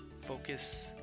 Focus